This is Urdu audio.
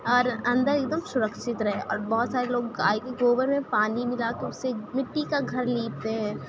اور اندر ایک دم سرکشت رہے اور بہت سارے لوگ گائے کے گوبر میں پانی ملا کے اس سے مٹی کا گھر لیپتے ہیں